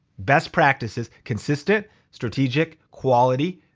best practices, consistent, strategic, quality.